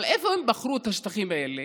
אבל איפה הם בחרו את השטחים האלה?